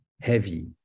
heavy